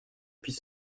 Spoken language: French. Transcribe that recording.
puis